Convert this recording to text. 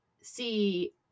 see